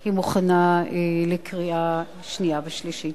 היא מוכנה לקריאה שנייה ושלישית.